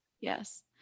Yes